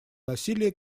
насилия